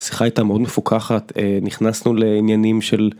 שיחה הייתה מאוד מפוקחת נכנסנו לעניינים של.